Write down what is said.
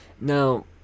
now